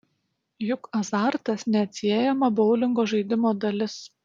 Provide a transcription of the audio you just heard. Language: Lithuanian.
juk azartas neatsiejama boulingo žaidimo dalis